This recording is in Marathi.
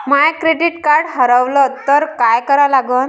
माय क्रेडिट कार्ड हारवलं तर काय करा लागन?